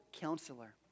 Counselor